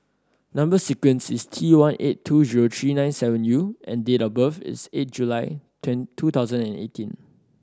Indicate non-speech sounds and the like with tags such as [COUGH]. number sequence is T one eight two zero three nine seven U and date of birth is eight July [UNINTELLIGIBLE] two thousand and eighteen